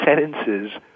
sentences